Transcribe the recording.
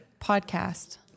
podcast